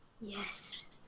yes